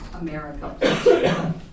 America